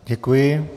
Děkuji.